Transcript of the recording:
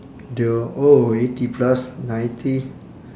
the oh eighty plus ninety